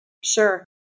Sure